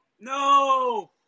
No